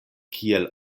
kiel